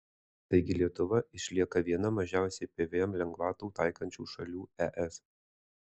taigi lietuva išlieka viena mažiausiai pvm lengvatų taikančių šalių es